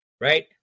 right